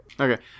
okay